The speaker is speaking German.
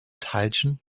teilchen